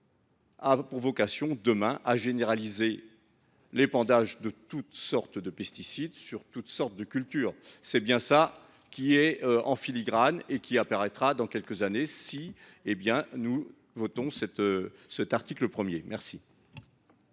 a pour vocation, demain, à généraliser l’épandage de toutes sortes de pesticides sur toutes sortes de cultures. C’est bien cela qui est en filigrane et qui adviendra dans quelques années si nous votons cet article 1. Quel est